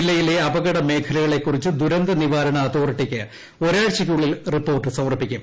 ജില്ലയിലെ അപകടമേഖലകളെക്കുറിച്ച് ദുരന്തനിവാരണ അതോറിറ്റിക്ക് ഒരാഴ്ചയ്ക്കുള്ളിൽ റിപ്പോർട്ട് സമർപ്പിക്കും